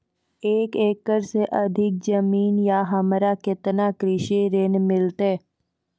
एक एकरऽ से अधिक जमीन या हमरा केतना कृषि ऋण मिलते?